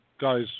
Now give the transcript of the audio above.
guys